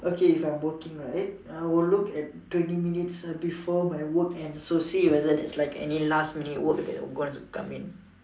okay if I'm working right I will look at twenty minutes before my work ends so see if there's like any last minute work that's going to come in